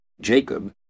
Jacob